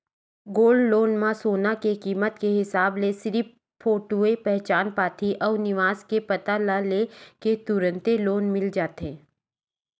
gold loan म सोना के कीमत के हिसाब ले सिरिफ फोटूए पहचान पाती अउ निवास के पता ल ले के तुरते लोन मिल जाथे